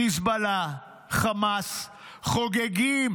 חיזבאללה, חמאס, חוגגים